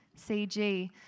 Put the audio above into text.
CG